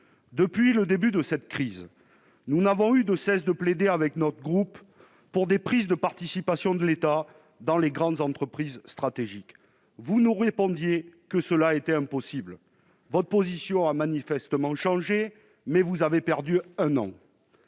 Depuis le début de cette crise, notre groupe n'a cessé de plaider pour des prises de participation de l'État dans les grandes entreprises stratégiques. Vous nous avez répondu que cela était impossible. Votre position a manifestement changé, mais vous avez perdu un an.